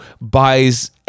buys